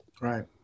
right